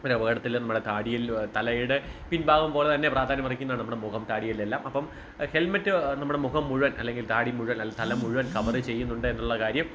ഒരു അപകടത്തിൽ നമ്മുടെ താടിയെല്ല് തലയുടെ പിൻഭാഗം പോലെ തന്നെ പ്രാധാന്യം അർഹിക്കുന്നതാണ് നമ്മുടെ മുഖം താടിയെല്ല് എല്ലാം അപ്പം ഹെൽമെറ്റ് നമ്മുടെ മുഖം മുഴുവൻ അല്ലെങ്കിൽ താടി മുഴുവൻ തല മുഴുവൻ കവർ ചെയ്യുന്നുണ്ട് എന്നുള്ള കാര്യം